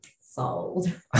sold